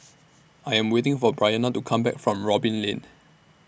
I Am waiting For Briana to Come Back from Robin Lane